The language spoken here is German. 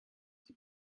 die